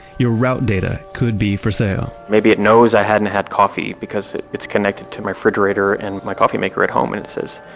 your route data could be for sale maybe it knows i hadn't had coffee because it's connected to my refrigerator and my coffee maker at home and it says,